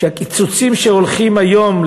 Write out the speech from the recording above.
שהקיצוצים שיהיו היום,